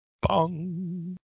bong